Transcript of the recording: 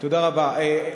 תודה רבה.